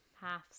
half